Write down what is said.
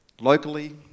locally